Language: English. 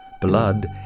Blood